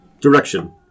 direction